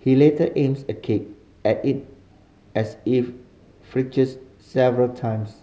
he later aims a kick at it as it flinches several times